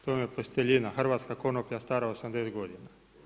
To vam je posteljina, hrvatska konoplja stara 80 godina.